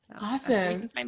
Awesome